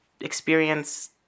experience